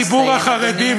הציבור החרדי,